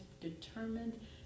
determined